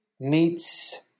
meets